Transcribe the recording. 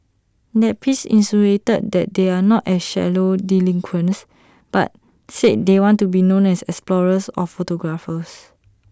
the piece insinuated that they are not A shallow delinquents but said they want to be known as explorers or photographers